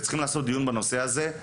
וצריך לעשות דיון בנושא הזה,